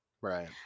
Right